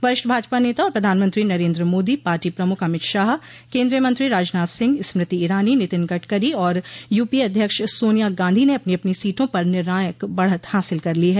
वरिष्ठ भाजपा नेता और प्रधानमंत्री नरेन्द्र मोदी पार्टी प्रमुख अमित शाह केन्द्रीय मंत्री राजनाथ सिंह स्मृति ईरानी नितिन गडकरी और यूपीए अध्यक्ष सोनिया गांधी ने अपनी अपनी सीटों पर निर्णायक बढ़त हासिल कर ली है